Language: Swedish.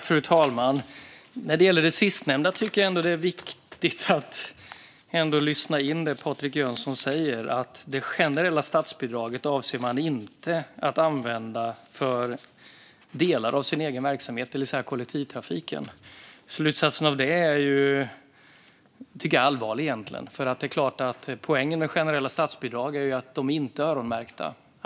Fru talman! Vad gäller det sistnämnda är det viktigt att lyssna in vad Patrik Jönsson säger, det vill säga att man inte avser att använda det generella statsbidraget för delar av sin egen verksamhet, det vill säga kollektivtrafiken. Slutsatsen av det är egentligen allvarlig. Poängen med generella statsbidrag är att de inte är öronmärkta.